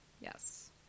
Yes